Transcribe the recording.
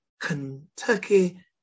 kentucky